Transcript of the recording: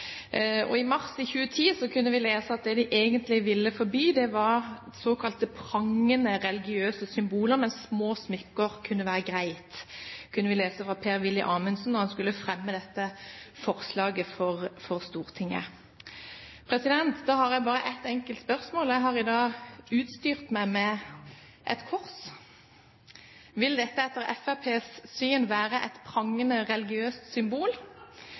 ikke. I mars 2010 kunne vi lese at det de egentlig ville forby, var såkalte prangende religiøse symboler, men små smykker kunne være greit. Dette kunne vi lese i forbindelse med at Per-Willy Amundsen skulle fremme dette forslaget for Stortinget. Da har jeg bare ett enkelt spørsmål. Jeg har i dag utstyrt meg med et kors. Vil dette etter Fremskrittspartiets syn være et prangende religiøst symbol